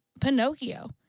Pinocchio